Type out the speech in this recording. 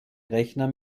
rechner